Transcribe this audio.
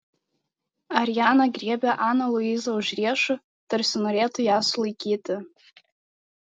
ariana griebė aną luizą už riešų tarsi norėtų ją sulaikyti